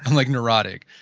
and like neurotic.